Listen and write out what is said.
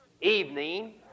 evening